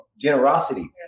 generosity